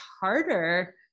harder